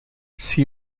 see